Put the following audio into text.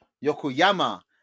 Yokoyama